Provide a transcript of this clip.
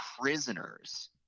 prisoners